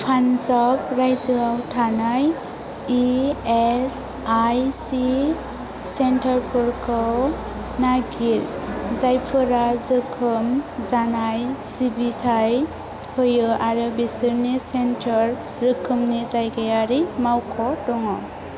पान्जाब रायजोयाव थानाय इएसआइसि सेन्टारफोरखौ नागिर जायफोरा जोखोम जानाय सिबिथाय होयो आरो बिसोरनि सेन्टार रोखोमनि जायगायारि मावख' दङ